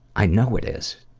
i know it is.